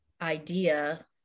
idea